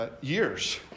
years